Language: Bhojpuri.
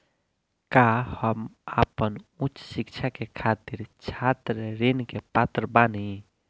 का हम आपन उच्च शिक्षा के खातिर छात्र ऋण के पात्र बानी?